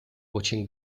watching